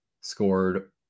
scored